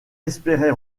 espérait